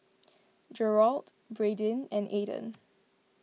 Gerold Bradyn and Ayden